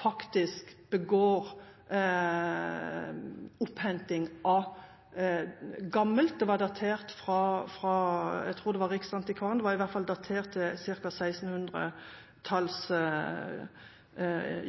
faktisk foretar opphenting av gamle gjenstander – jeg tror det var ifølge Riksantikvaren, men